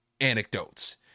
anecdotes